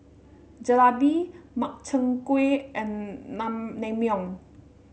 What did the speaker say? Jalebi Makchang Gui and none Naengmyeon